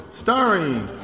starring